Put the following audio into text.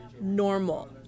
normal